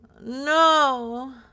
No